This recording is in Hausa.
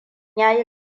yayi